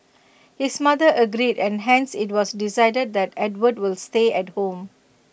his mother agreed and hence IT was decided that Edward will stay at home